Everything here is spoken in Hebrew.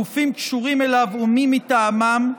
גופים קשורים אליו ומי מטעמם,